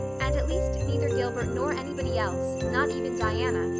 and at least neither gilbert nor anybody else, not even diana,